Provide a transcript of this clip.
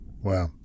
Wow